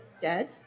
dead